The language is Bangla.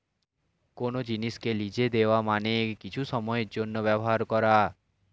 কোন জিনিসকে লিজে দেওয়া মানে কিছু সময়ের জন্যে ব্যবহার করা